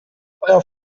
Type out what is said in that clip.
feuer